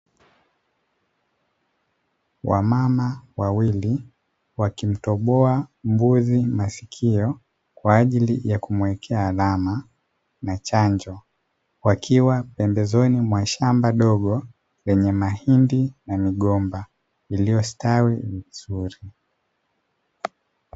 Wamama wawili wakimtoboa mbuzi masikio kwa ajili ya kumuwekea alama na chanjo, wakiwa pembezoni mwa shamba dogo lenye mahindi na migomba iliyostawi vizuri.